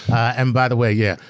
and by the way, yeah.